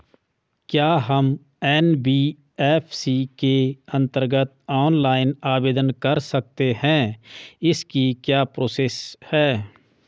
क्या हम एन.बी.एफ.सी के अन्तर्गत ऑनलाइन आवेदन कर सकते हैं इसकी क्या प्रोसेस है?